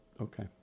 okay